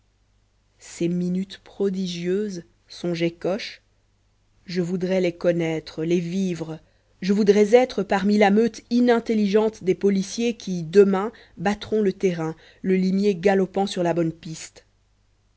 ces minutes prodigieuses songeait coche je voudrais les connaître les vivre je voudrais être parmi la meute inintelligente des policiers qui demain battront le terrain le limier galopant sur la bonne piste